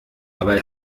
aber